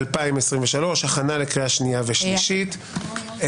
השעה 10:00,